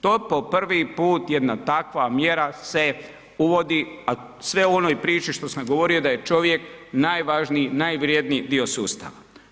To po prvi put jedna takva mjera se uvodi a sve u onoj priči što sam govorio da je čovjek najvažniji, najvrijedniji dio sustava.